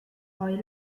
oil